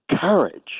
courage